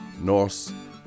Norse